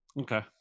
Okay